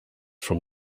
from